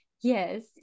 Yes